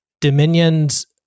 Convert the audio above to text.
Dominion's